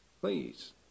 please